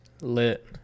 Lit